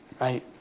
right